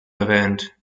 erwähnt